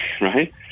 right